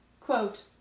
quote